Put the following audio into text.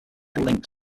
links